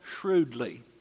shrewdly